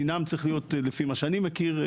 דינם צריך להיות לפי מה שאני מכיר,